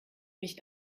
mich